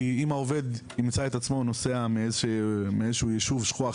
כי אם העובד ימצא את עצמו נוסע מאיזשהו ישוב שכוח